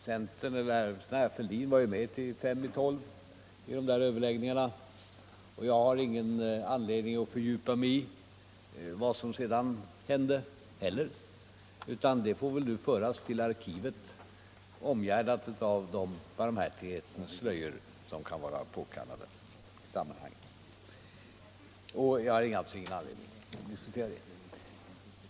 Centern var ju med till 5 i 12 vid de där överläggningarna, och jag har ingen anledning att fördjupa mig i vad som sedan hände. Det får väl föras till arkivet, omgärdat av de barmhärtighetens slöjor som kan vara påkallade i sammanhanget. Jag har ingen anledning att börja en diskussion om det.